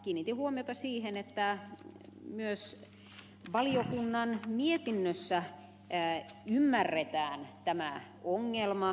kiinnitin huomiota siihen että myös valiokunnan mietinnössä ymmärretään tämä ongelma